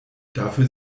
dafür